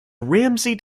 ramsey